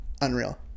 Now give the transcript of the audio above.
Unreal